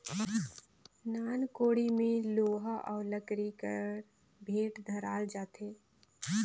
नान कोड़ी मे लोहा अउ लकरी कर बेठ धराल जाथे